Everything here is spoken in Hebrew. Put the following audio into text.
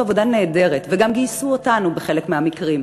עבודה נהדרת וגם גייסו אותנו בחלק מהמקרים,